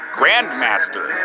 grandmaster